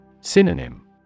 Synonym